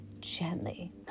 gently